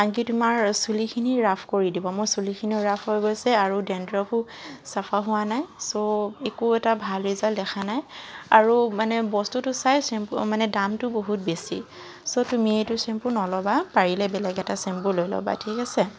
আনকি তোমাৰ চুলিখিনি ৰাফ কৰি দিব মই চুলিখিনিও ৰাফ হৈ গৈছে আৰু ডেণ্ডাৰ্ফো চফা হোৱা নাই ছ' একো এটা ভাল ৰিজাল্ট দেখা নাই আৰু মানে বস্তুটো চাই চেম্পু দামটো বহুত বেছি ছ' তুমি এইটো চেম্পু নল'বা পাৰিলে বেলেগ এটা চেম্পু লৈ ল'বা ঠিক আছে